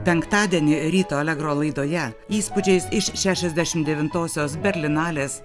penktadienį ryto alegro laidoje įspūdžiais iš šešiasdešimt devintosios berlinalės